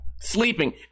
sleeping